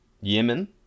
Yemen